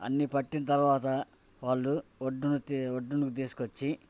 అన్ని పట్టిన తర్వాత వాళ్ళు ఒడ్డున తీసుకు వచ్చి